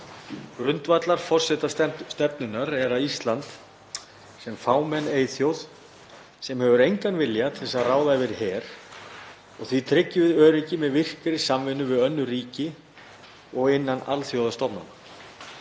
Grundvallarforsenda stefnunnar er að Ísland, sem fámenn eyþjóð sem hefur engan vilja til að ráða yfir her, tryggi öryggi með virkri samvinnu við önnur ríki og innan alþjóðastofnana.